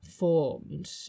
Formed